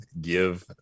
give